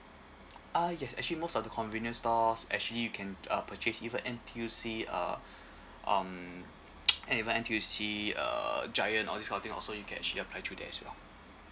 ah yes actually most of the convenience stores actually you can uh purchase even N_T_U_C uh um and even N_T_U_C uh giant all this kind of thing also you can actually apply through there as well